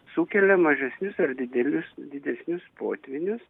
sukelia mažesnius ar didelius didesnius potvynius